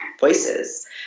voices